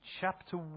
chapter